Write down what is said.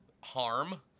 harm